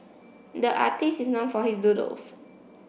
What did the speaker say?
the artist is known for his doodles